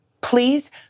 please